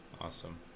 Awesome